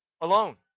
alone